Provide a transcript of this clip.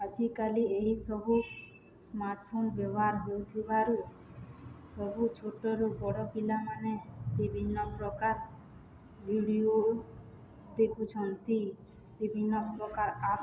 ଆଜିକାଲି ଏହିସବୁ ସ୍ମାର୍ଟଫୋନ୍ ବ୍ୟବହାର ହେଉଥିବାରୁ ସବୁ ଛୋଟରୁ ବଡ଼ ପିଲାମାନେ ବିଭିନ୍ନ ପ୍ରକାର ଭିଡ଼ିଓ ଦେଖୁଛନ୍ତି ବିଭିନ୍ନ ପ୍ରକାର ଆପ୍